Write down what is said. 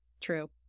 True